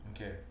okay